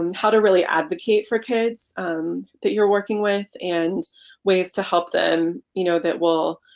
how to really advocate for kids that you're working with and ways to help them you know that will